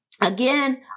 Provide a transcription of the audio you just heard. again